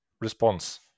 response